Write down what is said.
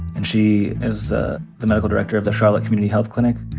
and she is the the medical director of the charlotte community health clinic.